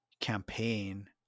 campaign